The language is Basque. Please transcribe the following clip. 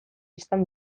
izan